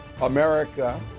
America